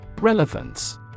Relevance